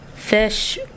fish